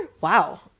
wow